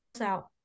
out